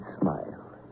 smile